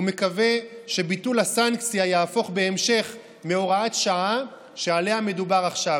ומקווה שביטול הסנקציה יהפוך בהמשך מהוראת שעה שעליה מדובר עכשיו,